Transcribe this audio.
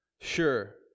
sure